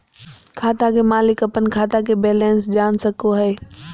खाता के मालिक अपन खाता के बैलेंस जान सको हय